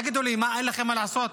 תגידו לי, מה, אין לכם מה לעשות?